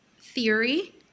theory